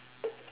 K